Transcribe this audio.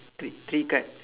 three three card